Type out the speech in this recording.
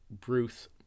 Bruce